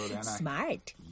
Smart